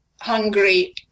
hungry